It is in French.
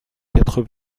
quatre